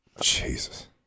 Jesus